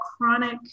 chronic